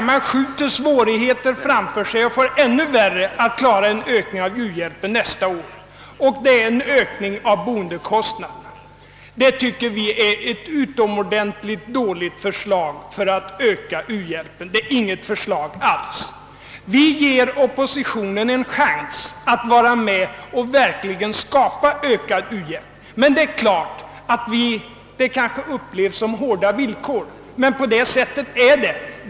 Man skjuter alltså svårigheterna framför sig och får ännu besvärligare att klara en ökning av u-hjälpen nästa år. Det är också fråga om en ökning av boendekostnaderna. Det tycker vi är ett utomordentligt dåligt förslag för att öka u-hjälpen — det är inte något förslag alls. Vi ger oppositionen en chans att vara med och verkligen skapa ökad u-hjälp. Det är klart att det kanske upplevs som hårda villkor, men på det sättet är det.